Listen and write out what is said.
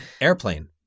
Airplane